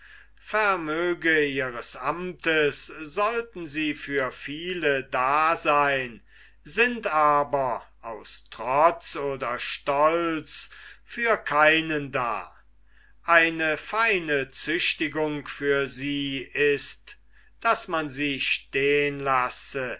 vermöge ihres amtes sollen sie für viele daseyn sind aber aus trotz oder stolz für keinen da eine feine züchtigung für sie ist daß man sie stehn lasse